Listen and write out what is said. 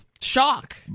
shock